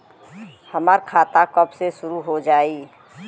हमार खाता कब से शूरू हो जाई?